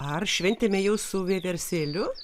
ar šventėme jau su vieversėliu